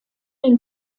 den